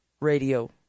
radio